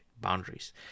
boundaries